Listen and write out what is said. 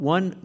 One